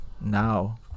now